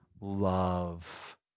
love